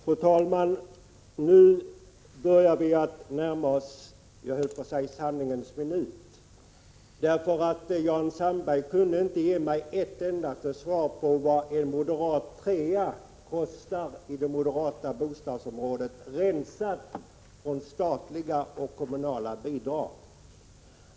Fru talman! Nu börjar vi att närma oss sanningens minut. Jan Sandberg kunde ju inte ge mig ett enda svar på vad en trea kostar i det moderata bostadsområdet, rensat från statliga och kommunala bidrag.